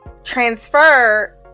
transfer